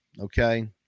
Okay